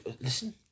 Listen